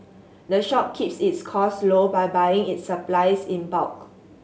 the shop keeps its cost low by buying its supplies in bulk